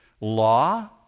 law